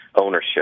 ownership